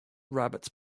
rabbits